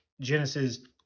Genesis